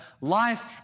life